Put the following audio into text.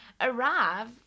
arrive